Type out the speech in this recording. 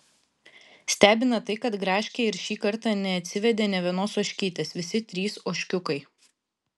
stebina tai kad gražkė ir šį kartą neatsivedė nė vienos ožkytės visi trys ožkiukai